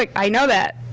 like i know that.